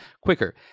quicker